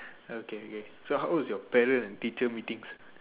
okay okay so how was your parent and teacher meetings